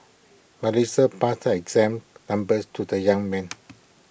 Melissa passed her exam numbers to the young man